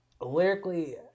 lyrically